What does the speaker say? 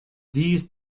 these